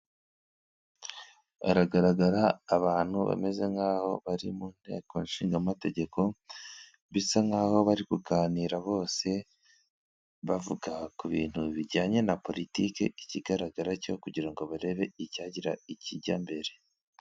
Hagaragara abantu bameze nk'aho bari mu nteko ishingama tegeko bisa nkaho bari kuganira bose bavuga ku bintu bijyanye na politiki ikigaragara cyo kugira ngo barebe icyagira ikijya mbere.